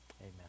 Amen